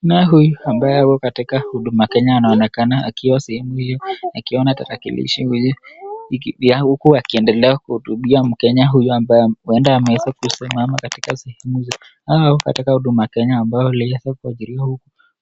Kunae huyu ambaye ako katika Huduma Kenya, anaonekana akiwa sehemu iyo akiona tarakilishi mbili huku pia akiendelea kuhudumia mkenya huyu ambaye huenda ameweza kusimama katika sehemu au katika Huduma Kenya ambayo iliyofanyiwa